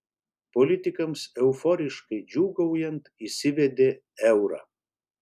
politikams euforiškai džiūgaujant įsivedė eurą